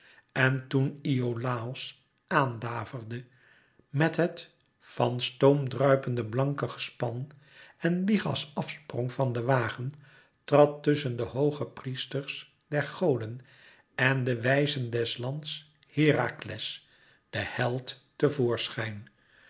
en toen iolàos aan daverde met het van stoom druipende blanke gespan en lichas af sprong van den wagen trad tusschen de hoogepriesters der goden en de wijzen des lands herakles de held